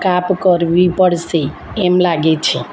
કાપ કરવી પડશે એમ લાગે છે